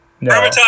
No